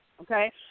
okay